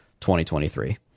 2023